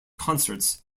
concerts